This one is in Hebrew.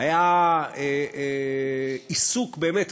היה עיסוק באמת,